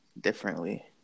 differently